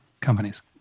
companies